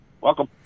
Welcome